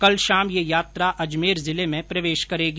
कल शाम यह यात्रा अजमेर जिले में प्रवेश करेगी